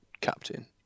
Captain